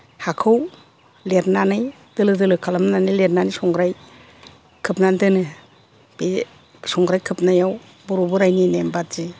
हाखै लेरनानै दोलो दोलो खालामनानै संराय लेरनाय खोबनानै दोनो बे संराय खोबनायाव बर' बोरायनि नेम बायदि